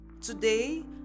Today